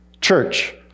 church